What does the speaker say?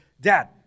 Dad